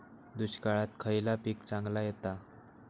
दुष्काळात खयला पीक चांगला येता?